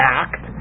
act